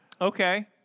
Okay